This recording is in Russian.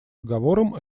договорам